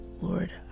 Lord